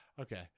Okay